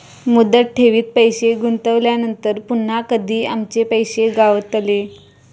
मुदत ठेवीत पैसे गुंतवल्यानंतर पुन्हा कधी आमचे पैसे गावतले?